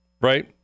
right